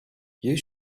you